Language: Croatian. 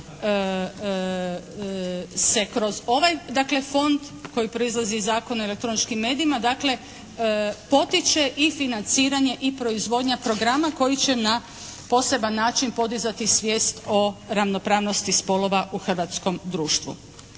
se kroz ovaj dakle fond koji proizlazi iz Zakona o elektroničkim medijima potiče i financiranje i proizvodnja programa koji će na poseban način podizati svijest o ravnopravnosti spolova u hrvatskom društvu.